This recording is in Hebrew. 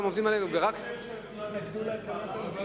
אני חושב שאגודת ישראל פעלה נכון כשבחרה